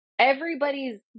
everybody's